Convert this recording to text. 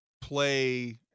play